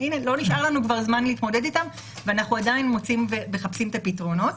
לא נשאר לנו כבר זמן להתמודד איתם ואנחנו עדיין מחפשים את הפתרונות.